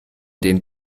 den